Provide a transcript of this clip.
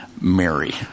Mary